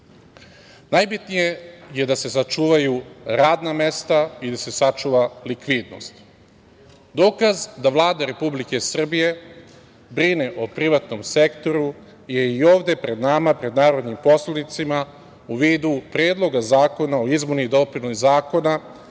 sektorima. Najbitnije je da se sačuvaju radna mesta i da se sačuva likvidnost. Dokaz da Vlada Republike Srbije brine o privatnom sektoru je i ove pred nama, pred narodnim poslanicima, u vidu Predloga zakona o izmeni i dopuni Zakona